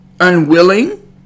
unwilling